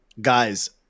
guys